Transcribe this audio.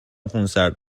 خونسرد